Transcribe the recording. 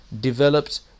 developed